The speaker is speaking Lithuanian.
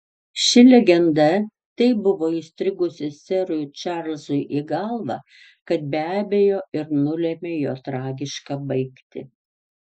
ši legenda taip buvo įstrigusi serui čarlzui į galvą kad be abejo ir nulėmė jo tragišką baigtį